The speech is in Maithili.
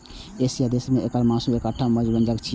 एशियाई देश मे एकर मासु एकटा महग व्यंजन छियै